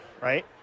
right